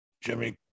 jimmy